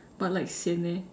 but like sian eh